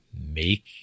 make